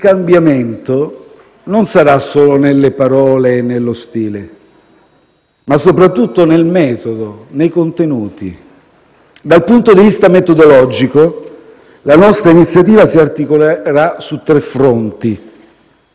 cambiamento non sarà solo nelle parole e nello stile, ma anche e soprattutto nel metodo, nei contenuti. Dal punto di vista metodologico, la nostra iniziativa si articolerà su tre fronti: